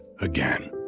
again